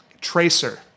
tracer